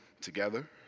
together